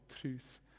truth